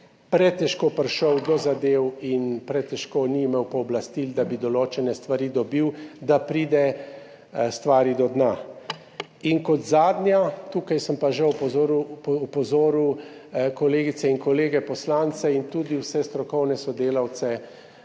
pretežko prišel do zadev in pretežko ni imel pooblastil, da bi določene stvari dobil, da pride stvari do dna. In kot zadnja, tukaj sem pa že opozoril kolegice in kolege poslance in tudi vse strokovne sodelavce;